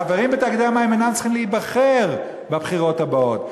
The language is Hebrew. החברים בתאגידי המים אינם צריכים להיבחר בבחירות הבאות.